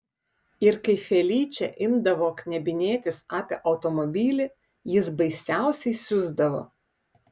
ir kai feličė imdavo knebinėtis apie automobilį jis baisiausiai siusdavo